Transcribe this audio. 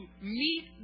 meet